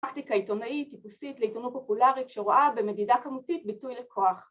פרקטיקה עיתונאית טיפוסית ‫לעיתונות פופולרית ‫שרואה במדידה כמותית ביטוי לכוח.